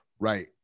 Right